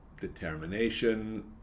determination